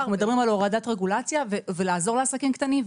אנחנו מדברים על הורדת רגולציה ולעזור לעסקים קטנים,